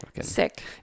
sick